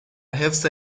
حفظ